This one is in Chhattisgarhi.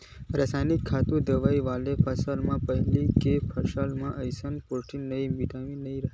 रसइनिक खातू, दवई वाला फसल म पहिली के फसल असन प्रोटीन, बिटामिन नइ राहय